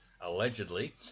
allegedly